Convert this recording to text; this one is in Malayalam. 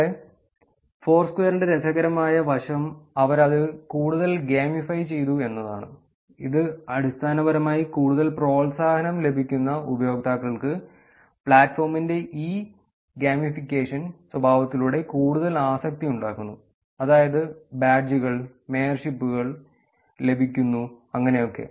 ഇവിടെ ഫോർസ്ക്വയറിന്റെ രസകരമായ വശം അവർ അത് കൂടുതൽ ഗാമിഫൈ ചെയ്തു എന്നതാണ് ഇത് അടിസ്ഥാനപരമായി കൂടുതൽ പ്രോത്സാഹനം ലഭിക്കുന്ന ഉപയോക്താക്കൾക്ക് പ്ലാറ്റ്ഫോമിൻറ്റെ ഈ ഗെയിമിഫിക്കേഷൻ സ്വഭാവത്തിലൂടെ കൂടുതൽ ആസക്തി ഉണ്ടാക്കുന്നു അതായത് ബാഡ്ജുകൾ മേയർഷിപ്പുകൾ ലഭിക്കുന്നു അങ്ങനെ ഒക്കെ